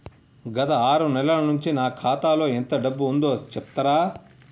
గత ఆరు నెలల నుంచి నా ఖాతా లో ఎంత డబ్బు ఉందో చెప్తరా?